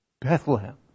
Bethlehem